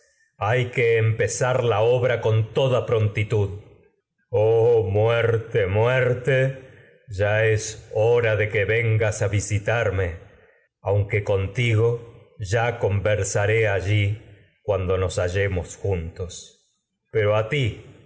hay que empezar la obra con toda prontitud oh muer te muerte ya es hora de que vengas que tos a visitarme aun contigo ya conversaré allí cuando nos hallemos jun pero a ti